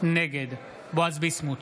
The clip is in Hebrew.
נגד בועז ביסמוט,